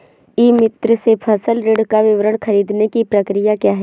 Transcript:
ई मित्र से फसल ऋण का विवरण ख़रीदने की प्रक्रिया क्या है?